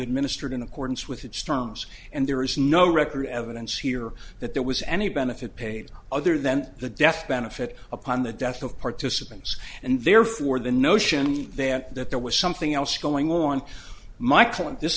administered in accordance with its terms and there is no record evidence here that there was any benefit paid other than the death benefit upon the death of participants and therefore the notion then that there was something else going on michael and this